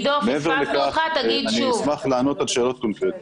מעבר לכך, אשמח לענות על שאלות קונקרטיות.